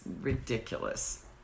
ridiculous